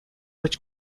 which